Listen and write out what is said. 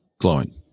glowing